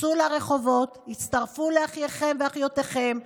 צאו לרחובות, הצטרפו לאחיכם ולאחיותיכם.